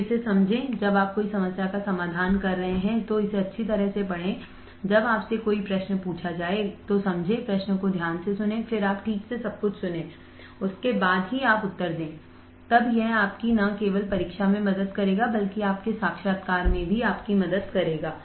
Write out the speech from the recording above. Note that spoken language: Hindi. तो इसे समझें जब आप कोई समस्या का समाधान कर रहे हैं तो इसे अच्छी तरह से पढ़ें जब आपसे कोई प्रश्न पूछा जाए तो समझें प्रश्न को ध्यान से सुनें फिर आप ठीक से सब कुछ सुनें उसके बाद ही आप उत्तर दें तब यह आपकी न केवल परीक्षा में मदद करेगा बल्कि आपके साक्षात्कार में भी आपकी मदद करेगा